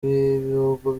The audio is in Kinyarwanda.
rw’ibihugu